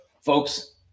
folks